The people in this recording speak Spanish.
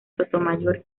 sotomayor